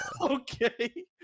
Okay